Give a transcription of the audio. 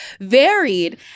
varied